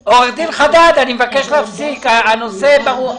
מבקש להפסיק, הנושא ברור.